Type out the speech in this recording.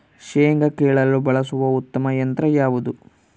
ಶೇಂಗಾ ಕೇಳಲು ಬಳಸುವ ಉತ್ತಮ ಯಂತ್ರ ಯಾವುದು?